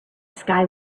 sky